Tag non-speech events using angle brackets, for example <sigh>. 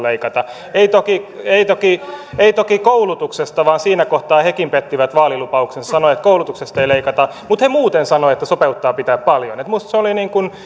<unintelligible> leikata ei toki ei toki koulutuksesta vaan siinä kohtaa hekin pettivät vaalilupauksensa sanoivat että koulutuksesta ei leikata mutta he muuten sanoivat että sopeuttaa pitää paljon minusta se oli